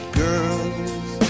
girls